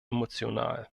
emotional